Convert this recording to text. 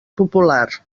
popular